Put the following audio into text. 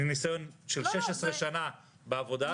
מניסיון של 16 שנה בוועדה הזאת,